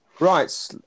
Right